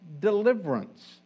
deliverance